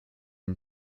une